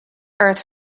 earth